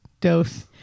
dose